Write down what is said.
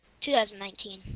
2019